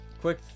Quick